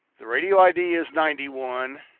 the radio id is ninety one,